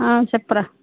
చెప్పురా